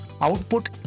output